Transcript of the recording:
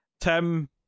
Tim